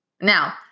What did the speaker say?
Now